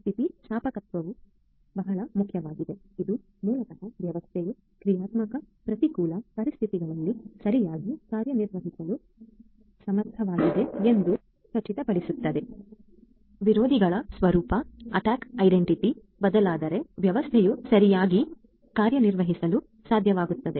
ಸ್ಥಿತಿಸ್ಥಾಪಕತ್ವವು ಬಹಳ ಮುಖ್ಯವಾಗಿದೆ ಇದು ಮೂಲತಃ ವ್ಯವಸ್ಥೆಯು ಕ್ರಿಯಾತ್ಮಕ ಪ್ರತಿಕೂಲ ಪರಿಸ್ಥಿತಿಗಳಲ್ಲಿ ಸರಿಯಾಗಿ ಕಾರ್ಯನಿರ್ವಹಿಸಲು ಸಮರ್ಥವಾಗಿದೆ ಎಂದು ಖಚಿತಪಡಿಸುತ್ತದೆ ವಿರೋಧಿಗಳ ಸ್ವರೂಪಅಟ್ಟಾಕ್ರ್ಸ್ ಐಡೆಂಟಿಟಿ ಬದಲಾದರೆ ವ್ಯವಸ್ಥೆಯು ಸರಿಯಾಗಿ ಕಾರ್ಯನಿರ್ವಹಿಸಲು ಸಾಧ್ಯವಾಗುತ್ತದೆ